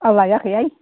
आं लाइयाखै हाइ